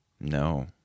no